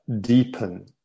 deepen